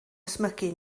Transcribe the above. ysmygu